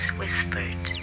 whispered